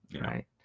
Right